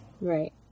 right